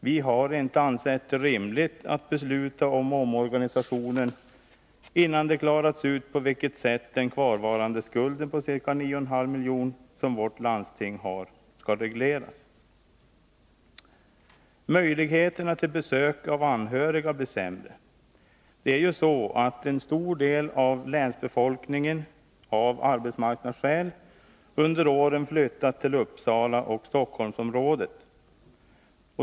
Vi har inte ansett det rimligt att besluta om omorganisationen innan det klarats ut på vilket sätt den kvarvarande skulden på ca 9,5 miljoner, som vårt landsting har, skall regleras. Möjligheterna till besök av anhöriga blir sämre. Det är ju så att en stor del av länsbefolkningen, av arbetsmarknadsskäl, under åren flyttat till Uppsalaoch Stockholmsområdet.